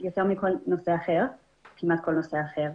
יותר מכל נושא אחר, כמעט כל נושא אחר.